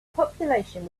population